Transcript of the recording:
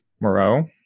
Moreau